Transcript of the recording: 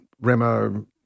Remo